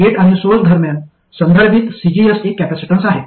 gate आणि source दरम्यान संदर्भित cgs एक कॅपेसिटन्स आहे